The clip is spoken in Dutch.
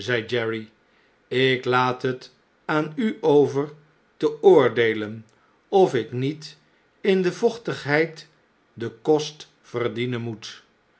ik laat het aan u over te oordeelen of ik niet in de vochtigheid den kost verdienen moet